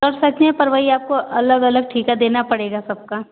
और सचने पर वही आपको अलग अलग ठेका देना पड़ेगा सबका